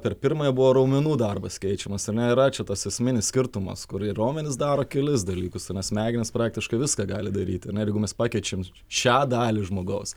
per pirmąją buvo raumenų darbas keičiamas ane yra čia tas esminis skirtumas kur ir raumenys daro kelis dalykus ane smegenys praktiškai viską gali daryti ar ne ir jeigu mes pakeičiam šią dalį žmogaus